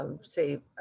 say